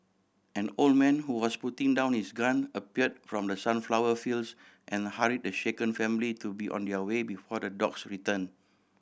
an old man who was putting down his gun appeared from the sunflower fields and hurry the shaken family to be on their way before the dogs return